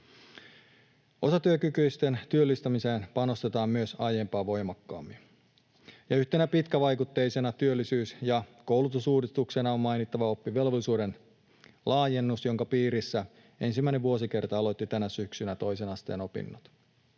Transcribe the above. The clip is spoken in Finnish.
Osatyökykyisten työllistämiseen panostetaan myös aiempaa voimakkaammin. Yhtenä pitkävaikutteisena työllisyys‑ ja koulutusuudistuksena on mainittava oppivelvollisuuden laajennus, jonka piirissä ensimmäinen vuosikerta aloitti tänä syksynä toisen asteen opinnot.